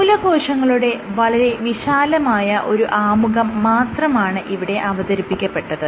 മൂലകോശങ്ങളുടെ വളരെ വിശാലമായ ഒരു ആമുഖം മാത്രമാണ് ഇവിടെ അവതരിപ്പിക്കപ്പെട്ടത്